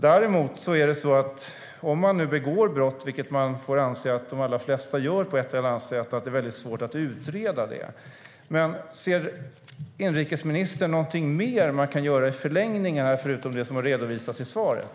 Däremot är det så att om man begår brott, vilket man får anse att de allra flesta som reser gör, är det väldigt svårt att utreda det. Ser inrikesministern någonting mer man kan göra i förlängningen, förutom det som har redovisats i svaret?